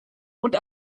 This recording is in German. und